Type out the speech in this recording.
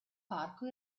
parco